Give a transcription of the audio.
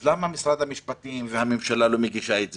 אז למה משרד המשפטים והממשלה לא מגישים את זה?